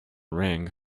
ring